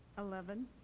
eleven.